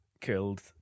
killed